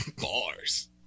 bars